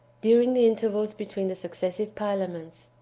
during the intervals between the successive parliaments.